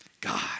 God